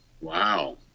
Wow